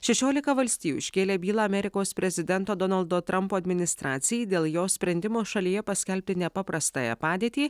šešiolika valstijų iškėlė bylą amerikos prezidento donaldo trampo administracijai dėl jos sprendimo šalyje paskelbti nepaprastąją padėtį